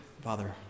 Father